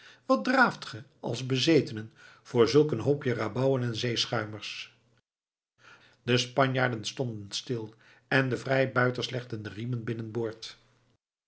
wat draaft ge als bezetenen voor zulk een hoopje rabauwen en zeeschuimers de spanjaarden stonden stil en de vrijbuiters legden de riemen binnenboord